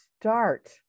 start